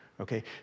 Okay